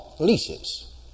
leases